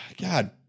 God